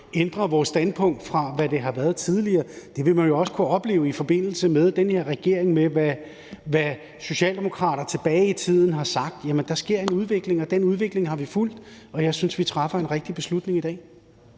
ændrer vores standpunkt fra, hvad det har været tidligere. Det vil man jo også kunne opleve i forbindelse med den her regering, i forhold til hvad socialdemokrater tilbage i tiden har sagt. Der sker en udvikling, og den udvikling har vi fulgt, og jeg synes, vi træffer en rigtig beslutning i dag.